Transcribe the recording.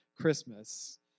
Christmas